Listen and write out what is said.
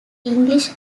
english